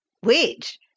Which